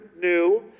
new